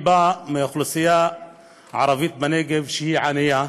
אני בא מהאוכלוסייה הערבית בנגב, שהיא הענייה